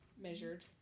measured